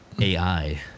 AI